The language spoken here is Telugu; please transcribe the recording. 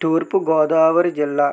తూర్పుగోదావరి జిల్లా